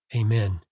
Amen